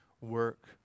work